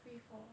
free fall